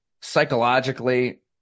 psychologically